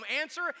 Answer